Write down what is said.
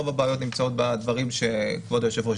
רוב הבעיות נמצאות בדברים שכבוד היושב-ראש